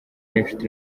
n’inshuti